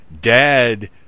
dad